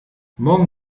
morgen